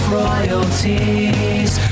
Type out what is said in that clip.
royalties